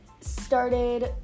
started